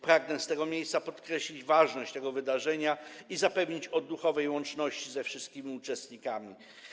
Pragnę z tego miejsca podkreślić ważność tego wydarzenia i zapewnić o duchowej łączności ze wszystkimi uczestnikami.